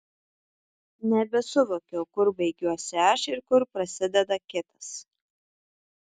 nebesuvokiau kur baigiuosi aš ir kur prasideda kitas